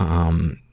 um,